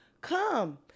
Come